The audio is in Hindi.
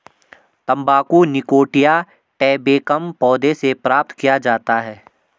तंबाकू निकोटिया टैबेकम पौधे से प्राप्त किया जाता है